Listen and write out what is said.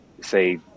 say